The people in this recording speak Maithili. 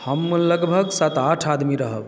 हम लगभग सात आठ आदमी रहब